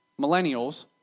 millennials